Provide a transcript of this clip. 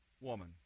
woman